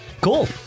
cool